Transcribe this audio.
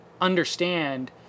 understand